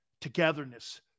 togetherness